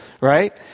right